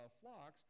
flocks